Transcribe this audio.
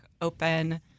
open